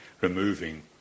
removing